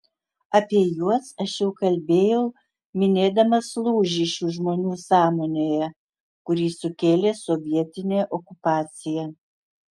apie juos aš jau kalbėjau minėdamas lūžį šių žmonių sąmonėje kurį sukėlė sovietinė okupacija